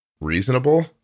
reasonable